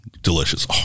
delicious